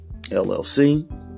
LLC